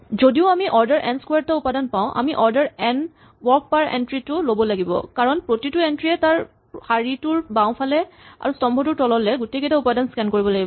যদিও আমি order n squared টা উপাদান পাওঁ আমি অৰ্ডাৰ এন ৱৰ্ক পাৰ এন্ট্ৰী টো ল'ব লাগিব কাৰণ প্ৰতিটো এন্ট্ৰী য়ে তাৰ শাৰীটোৰ বাওঁফালে আৰু স্তম্ভটোৰ তললে গোটেইকেইটা উপাদান স্কেন কৰিব লাগিব